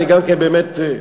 באמת,